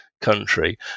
country